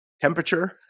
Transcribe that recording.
temperature